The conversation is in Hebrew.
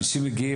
אנשים מגיעים.